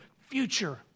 future